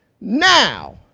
now